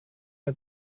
met